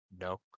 No